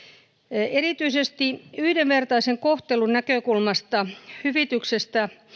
erityisesti yhdenvertaisen kohtelun näkökulmasta hyvityksestä